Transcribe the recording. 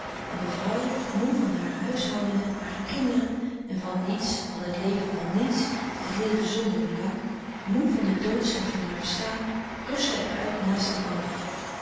en de vrouwen moê van hare huishoudingen hare kinderen en van niets van het leven van niets het leven zonder belang moê van de doodschheid van haar bestaan rustten er uit naast de mannen